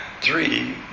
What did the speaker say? three